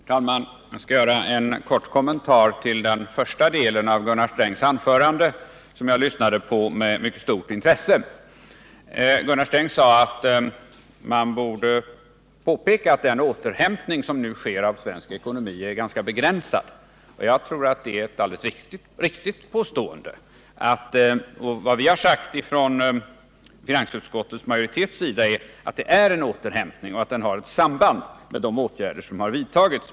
Herr talman! Jag skall göra en kort kommentar till den första delen av Gunnar Strängs anförande som jag lyssnade på med mycket stort intresse. Gunnar Sträng sade att man borde påpeka att den återhämtning som nu sker i svensk ekonomi är ganska begränsad. Jag tror det är ett alldeles riktigt påstående. Vad vi har sagt från finansutskottets majoritets sida är att det är en återhämtning och att den har ett samband med de åtgärder som har vidtagits.